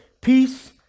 Peace